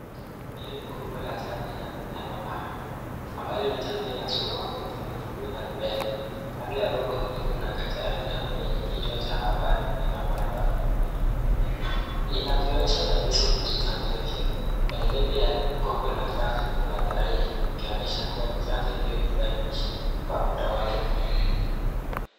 Hili ni kopo la chanjo ya MMR,ambayo ni chanjo ya surua, matumbwi tumbwi na rubela. Kando ya kopo hili kuna kajarida yenye kichwa cha habari MMR Vaccine . Inakionyesha maelezo kuhusu chanjo hiyo, kwenye lebo ya kopo ya chanjo kuna tarehe ikionyesha kuwa chanjo hiyo ilikuwa imeisha kwa muda wake.